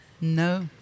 No